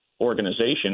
organization